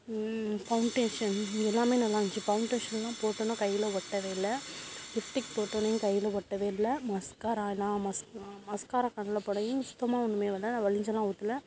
foundation எல்லாமே நல்லாயிருந்துச்சி ஃபௌன்டேஷனெலாம் போட்டோன்னால் கையில் ஒட்டவே இல்லை லிஃப்டிக் போட்டோன்னையும் கையில் ஒட்டவே இல்லை மஸ்காரா நான் மஸ் மஸ்காரா கண்ணில் போடைவும் சுத்தமாக ஒன்றுமே வரல வழிஞ்செல்லாம் ஊற்றல